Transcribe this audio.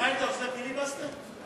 אתה עושה פיליבסטר?